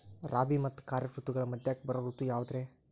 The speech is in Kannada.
ರಾಬಿ ಮತ್ತ ಖಾರಿಫ್ ಋತುಗಳ ಮಧ್ಯಕ್ಕ ಬರೋ ಋತು ಯಾವುದ್ರೇ?